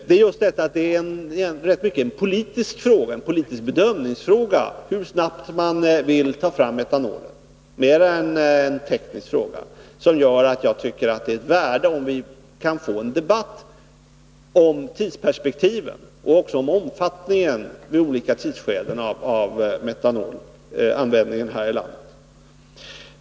Det är just detta att det mera är en politisk bedömningsfråga hur snabbt man vill ta fram metanol än en teknisk fråga som gör att jag tycker att det är av värde, om vi kan få en debatt om tidsperspektiven och även om omfattningen av metanolanvändningen här i landet.